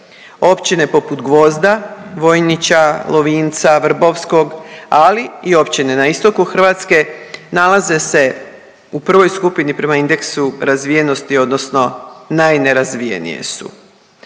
Općine poput Gvozda, Vojnića, Lovinca, Vrbovskog, ali i općine na istoku Hrvatske, nalaze se u prvoj skupini, prema indeksu razvijenosti odnosno najnerazvijenije su.